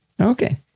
Okay